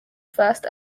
first